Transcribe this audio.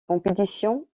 compétitions